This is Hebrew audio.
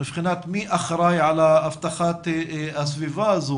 מבחינת מי אחראי על אבטחת הסביבה.